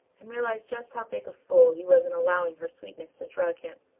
and realised just how big a fool he was in allowing her sweetness to drug him.